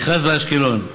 מכרז באשקלון,